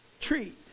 treat